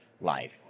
life